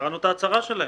קראנו את ההצהרה שלהם.